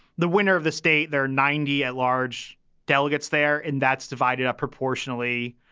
the winner of the state there, ninety at-large delegates there. and that's divided up proportionally.